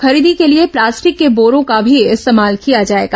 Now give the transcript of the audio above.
खरीदी के लिए प्लास्टिक के बोरो का भी इस्तेमाल किया जाएगा